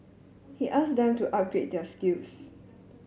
he asked them to upgrade their skills